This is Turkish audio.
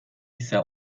ise